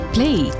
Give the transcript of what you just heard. Play